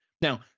Now